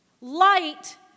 light